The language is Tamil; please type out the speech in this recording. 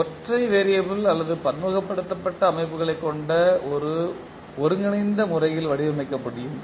ஒற்றை வேறியபிள் மற்றும் பன்முகப்படுத்தக்கூடிய அமைப்புகளை ஒரு ஒருங்கிணைந்த முறையில் வடிவமைக்க முடியும்